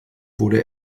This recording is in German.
wurde